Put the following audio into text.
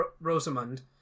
Rosamund